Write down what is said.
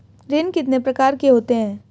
ऋण कितने प्रकार के होते हैं?